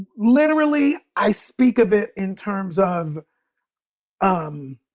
literally i speak of it in terms of um